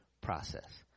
process